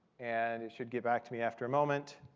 and it should get back to me after a moment.